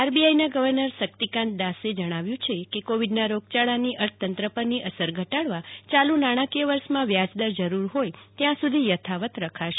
આરબીઆઈના governor Shaktikanta દાસે જણાવ્યું છે કે કોવિડના રોગયાળાની અર્થતંત્ર પરની અસર ઘટાડવા ચાલુ નાણાંકીય વર્ષમાં વ્યાજદર જરૂર હોય ત્યાં સુધી યથાવત રખાશે